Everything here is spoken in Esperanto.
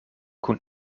kun